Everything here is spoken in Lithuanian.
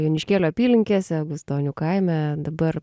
joniškėlio apylinkėse gustonių kaime dabar